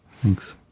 thanks